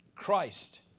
Christ